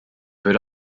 würde